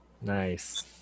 Nice